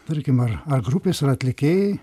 tarkim ar ar grupės ar atlikėjai